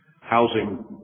housing